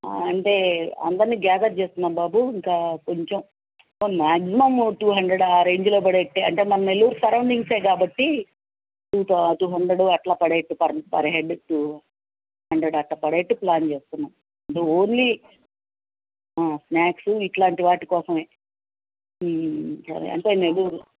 అంటే అందరిని గ్యాదర్ చేస్తున్నాము బాబు ఇంకా కొంచెం మ్యాగ్జిమము టూ హండ్రెడ్ ఆ రేంజ్లో పడేటట్లు అంటే మన నెల్లూరు సరౌండింగ్సే కాబట్టి టూ హండ్రెడు అట్లా పడేటట్లు per per head two hundred అట్ల పడేటట్లు ప్లాన్ చేస్తున్నాం ఇది ఓన్లీ స్నాక్సు ఇట్లాంటి వాటి కోసమే సరే అంటే నెల్లూరు